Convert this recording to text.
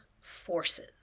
forces